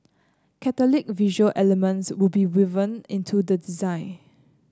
catholic visual elements will be woven into the design